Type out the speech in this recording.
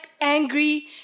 angry